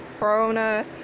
Corona